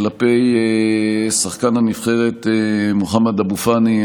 כלפי שחקן הנבחרת מוחמד אבו פאני.